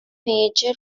major